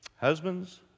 Husbands